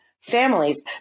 families